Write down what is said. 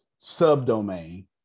subdomain